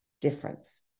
difference